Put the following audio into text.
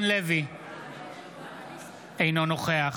אינו נוכח